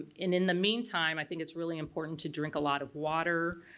in in the meantime i think it's really important to drink a lot of water,